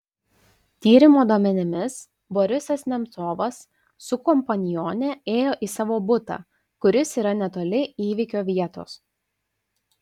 tyrimo duomenimis borisas nemcovas su kompanione ėjo į savo butą kuris yra netoli įvykio vietos